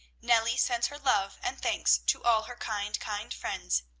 nellie sends her love and thanks to all her kind, kind friends.